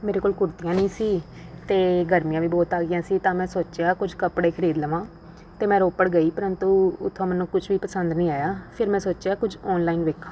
ਮੇਰੇ ਕੋਲ ਕੁੜਤੀਆਂ ਨਹੀਂ ਸੀ ਅਤੇ ਗਰਮੀਆਂ ਵੀ ਬਹੁਤ ਆ ਗਈਆਂ ਸੀ ਤਾਂ ਮੈਂ ਸੋਚਿਆ ਕੁਝ ਕੱਪੜੇ ਖਰੀਦ ਲਵਾਂ ਅਤੇ ਮੈਂ ਰੋਪੜ ਗਈ ਪਰੰਤੂ ਉੱਥੇ ਮੈਨੂੰ ਕੁਝ ਵੀ ਪਸੰਦ ਨਹੀਂ ਆਇਆ ਫਿਰ ਮੈਂ ਸੋਚਿਆ ਕੁਝ ਔਨਲਾਈਨ ਵੇਖਾਂ